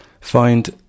find